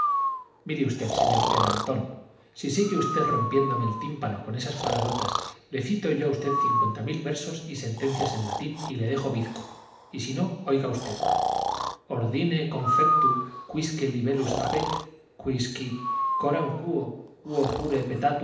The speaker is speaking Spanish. mire usted señor pedantón si sigue usted rompiéndome el tímpano con esas palabrotas le cito yo a usted cincuenta mil versos y sentencias en latín y le dejo bizco y si no oiga usted ordine confectu quisque libellus habet quis quid coram quo quo jure petatur